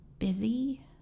busy